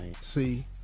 See